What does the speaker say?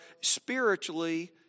spiritually